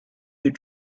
you